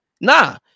Nah